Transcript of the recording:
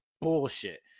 bullshit